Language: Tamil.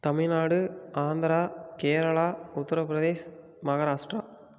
தமிழ்நாடு ஆந்திரா கேரளா உத்திரபிரதேஷ் மகாராஷ்ட்ரா